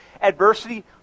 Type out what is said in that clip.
adversity